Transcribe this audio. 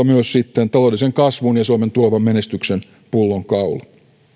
myös taloudellisen kasvun ja suomen tulevan menestyksen pullonkaula